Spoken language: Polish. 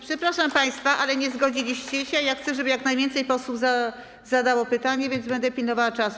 Przepraszam państwa, ale nie zgodziliście się, a ja chcę, żeby jak najwięcej posłów zadało pytanie, więc będę pilnowała czasu.